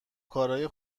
کارای